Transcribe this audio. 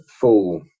full